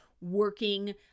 working